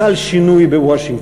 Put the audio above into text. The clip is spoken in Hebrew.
חל שינוי בוושינגטון.